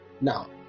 Now